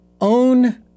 own